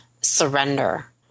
surrender